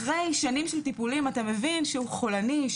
אחרי שנים של טיפולים אתה מבין שהוא חולנית,